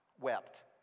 wept